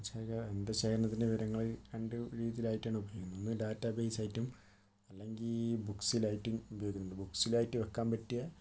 ആ ഞാൻ ചെയ്ത എൻ്റെ ശേഖരണത്തിന്റെ വിവരങ്ങൾ രണ്ട് രീതിയിലായിട്ടാണ് ഉപയോഗിക്കുന്നത് ഒന്ന് ഡാറ്റാ ബേസ് ആയിട്ടും അല്ലെങ്കിൽ ബുക്സിൽ ആയിട്ടും ഉപയോഗിക്കുന്നത് ബുക്സിൽ ആയിട്ട് വെക്കാൻ പറ്റിയ